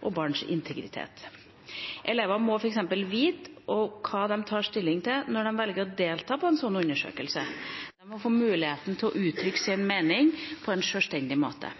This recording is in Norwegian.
og integritet. Elevene må f.eks. vite hva de skal ta stilling til når de velger å delta i slike undersøkelser, og de må få mulighet til å uttrykke sin mening på en sjølstendig måte.